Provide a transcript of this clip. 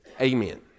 Amen